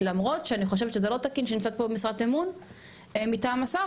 למרות שאני חושבת שזה לא תקין שנמצא פה משרת אמון מטעם השר,